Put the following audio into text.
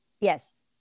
Yes